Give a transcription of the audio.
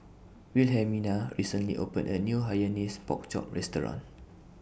Wilhelmina recently opened A New Hainanese Pork Chop Restaurant